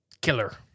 killer